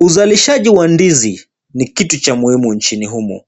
Uzalishaji wa ndizi ni kitu cha muhimu nchini humu.